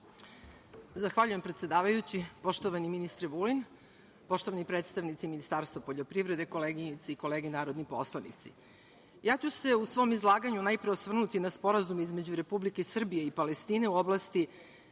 Zahvaljujem, predsedavajući. Poštovani ministre Vulin, poštovani predstavnici Ministarstva poljoprivrede, koleginice i kolege narodni poslanici, ja ću se u svom izlaganju najpre osvrnuti na Sporazum između Republike Srbije i Palestine u oblasti